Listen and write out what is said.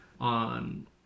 on